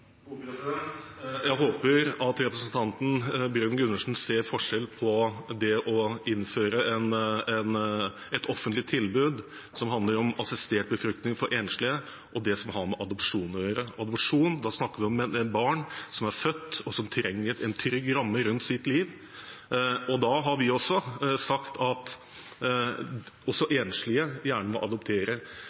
gode omsorgspersoner for adopterte barn, men ikke for barn de har et genetisk forhold til. Jeg håper at representanten Bruun-Gundersen ser forskjell på det å innføre et offentlig tilbud som handler om assistert befruktning for enslige, og det som har med adopsjon å gjøre. Når det handler om adopsjon, snakker vi om barn som er født, og som trenger en trygg ramme rundt sitt liv, og da har vi sagt at også enslige gjerne